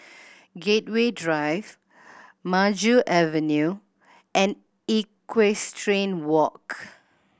Gateway Drive Maju Avenue and Equestrian Walk